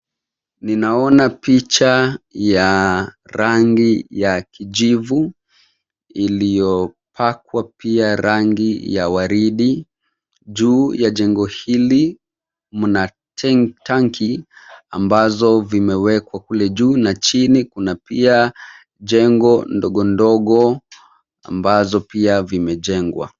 Ninaona picha ya rangi ya kijivu iliyopakwa pia rangi ya waridi. Juu ya jengo hili mna tanki ambazo vimewekwa kule juu na chini kuna pia jengo ndogo ndogo ambazo pia vimejengwa.